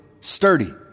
Sturdy